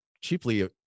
cheaply